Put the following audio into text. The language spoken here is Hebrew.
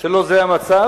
שלא זה המצב,